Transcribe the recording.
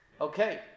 Okay